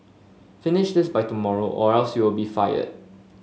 finish this by tomorrow or else you'll be fired